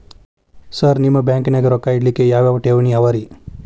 Sir ನಿಮ್ಮ ಬ್ಯಾಂಕನಾಗ ರೊಕ್ಕ ಇಡಲಿಕ್ಕೆ ಯಾವ್ ಯಾವ್ ಠೇವಣಿ ಅವ ರಿ?